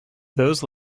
those